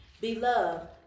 Beloved